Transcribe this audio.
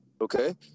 okay